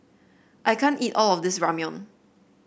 I can't eat all of this Ramyeon